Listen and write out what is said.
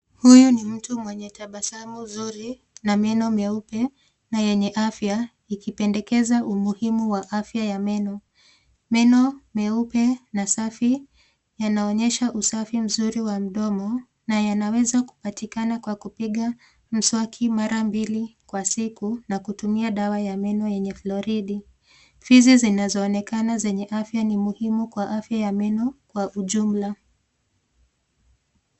Huyu ni mtu mwenye tabasamu zuri na meno meupe na yenye afya ikipendekeza umuhimu wa afya ya meno. Meno meupe na safi yanaonyesha usafi mzuri wa mdomo na yanaweza kupatikana kwa kupiga mswaki mara mbili kwa siku na kutumia dawa ya meno yenye floridi. Fizi zinazoonekana zenye afya ni muhimu kwa afya ya meno kwa ujumla.